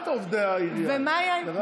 לרעת עובדי העירייה, לרעת העובדים.